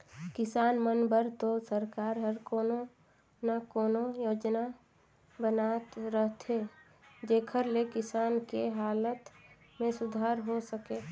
किसान मन बर तो सरकार हर कोनो न कोनो योजना बनात रहथे जेखर ले किसान के हालत में सुधार हो सके